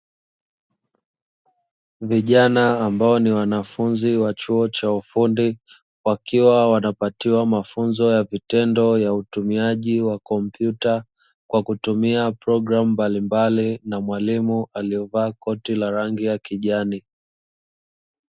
Vijana ambao ni wanafunzi wa chuo cha ufundi, wakiwa wanapatiwa mafunzo ya vitendo ya utumiaji wa kompyuta kwa kutumia programu mbalimbali na mwalimu aliovaa koti la rangi ya kijani.